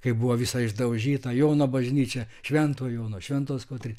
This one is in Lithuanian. kai buvo visa išdaužyta jono bažnyčia švento jono šventos kotrynos